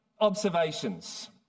observations